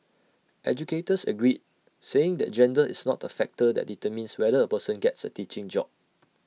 educators agreed saying that gender is not A factor that determines whether A person gets A teaching job